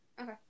Okay